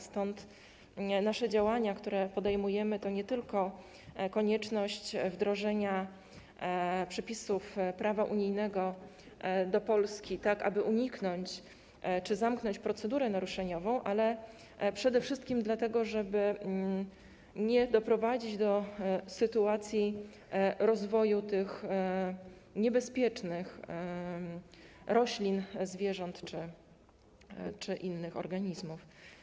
Stąd nasze działania, które podejmujemy, wynikają nie tylko z konieczności wdrożenia przepisów prawa unijnego do Polski, tak aby uniknąć czy zamknąć procedurę naruszeniową, ale przede wszystkim z tego, aby nie doprowadzić do sytuacji rozwoju tych niebezpiecznych roślin, zwierząt czy innych organizmów.